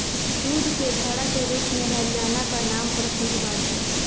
दूध के घड़ा के रूप में हरियाणा कअ नाम प्रसिद्ध बाटे